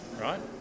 right